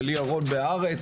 ולי ירון בהארץ,